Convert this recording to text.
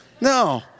No